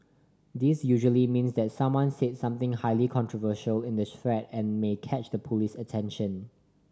this usually means that someone said something highly controversial in the thread and may catch the police's attention